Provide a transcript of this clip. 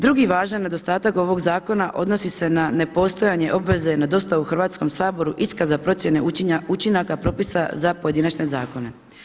Drugi važan nedostatak ovog zakona odnosi se na nepostojanje obveze na dosta u Hrvatskom saboru iskaza procjene učinaka propisa za pojedinačne zakone.